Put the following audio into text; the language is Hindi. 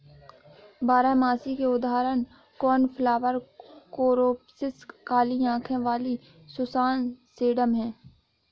बारहमासी के उदाहरण कोर्नफ्लॉवर, कोरॉप्सिस, काली आंखों वाली सुसान, सेडम हैं